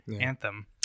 anthem